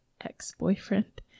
ex-boyfriend